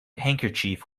handkerchief